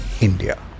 India